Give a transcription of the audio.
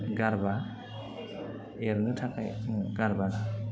गारबा एरनो थाखाय गारबा